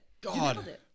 God